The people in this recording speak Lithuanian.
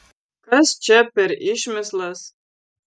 kas čia per išmislas